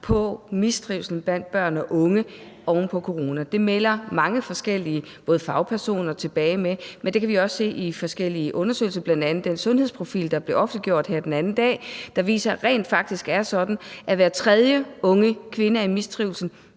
i mistrivsel blandt børn og unge oven på corona. Det melder mange forskellige, også fagpersoner, tilbage med, og det kan vi også se i forskellige undersøgelser, bl.a. den sundhedsprofil, der blev offentliggjort her den anden dag, og som viser, at det rent faktisk er sådan, at hver tredje unge kvinde er i mistrivsel,